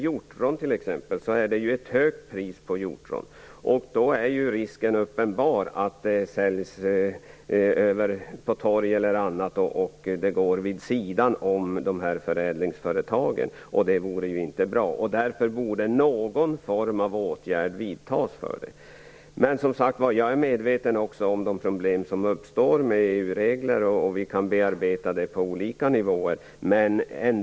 Priset på exempelvis hjortron är högt, och risken är då uppenbar att bären säljs på torg och att försäljningen sker vid sidan av förädlingsföretagen. Detta är inte bra, och därför borde någon form av åtgärd vidtas. Jag är som sagt medveten om de problem som uppstår i och med EU-reglerna. Detta kan bearbetas på olika nivåer.